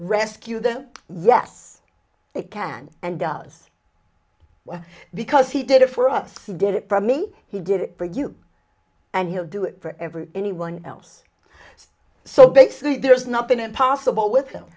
rescue them yes it can and does well because he did it for us he did it for me he did it for you and he'll do it for every anyone else so basically there's nothing impossible with him